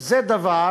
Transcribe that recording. זה דבר